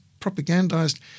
propagandized